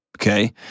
okay